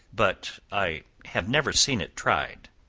but i have never seen it tried.